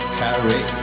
carry